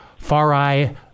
Farai